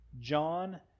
John